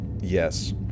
Yes